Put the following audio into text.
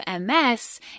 MS